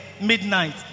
Midnight